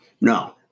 No